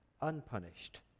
unpunished